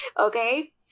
okay